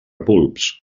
bulbs